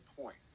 point